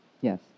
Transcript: Yes